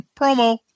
promo